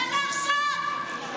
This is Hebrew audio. תתביישו לכם.